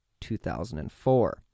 2004